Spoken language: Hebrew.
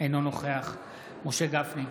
אינו נוכח משה גפני,